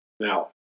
Now